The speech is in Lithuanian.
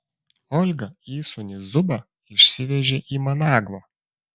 olga įsūnį zubą išsivežė į managvą